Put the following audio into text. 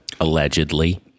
allegedly